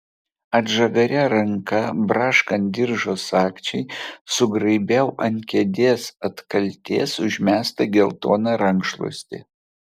atžagaria ranka barškant diržo sagčiai sugraibiau ant kėdės atkaltės užmestą geltoną rankšluostį